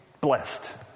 blessed